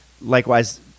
likewise